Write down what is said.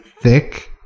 thick